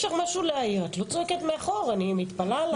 משרד הכלכלה.